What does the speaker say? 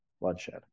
bloodshed